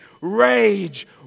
Rage